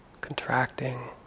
contracting